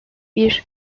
bir